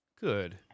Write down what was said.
Good